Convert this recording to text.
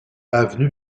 avenue